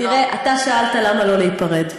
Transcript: תראה, אתה שאלת למה לא להיפרד.